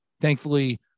thankfully